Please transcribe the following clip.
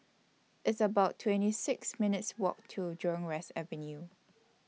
It's about twenty six minutes' Walk to Jurong West Avenue